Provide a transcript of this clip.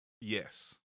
Yes